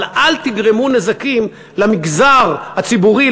אבל אל תגרמו נזקים למגזר הציבורי,